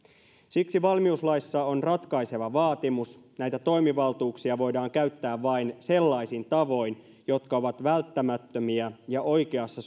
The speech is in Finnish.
siksi valmiuslaissa on ratkaiseva vaatimus näitä toimivaltuuksia voidaan käyttää vain sellaisin tavoin jotka ovat välttämättömiä ja oikeassa